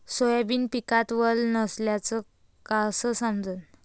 Soybean पिकात वल नसल्याचं कस समजन?